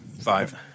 Five